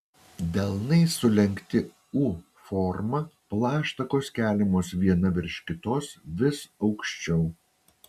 delnai sulenkti u forma plaštakos keliamos viena virš kitos vis aukščiau